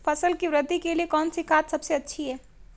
फसल की वृद्धि के लिए कौनसी खाद सबसे अच्छी है?